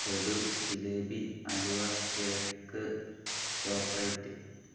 laddu jalebi halwa cake chocolate